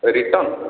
return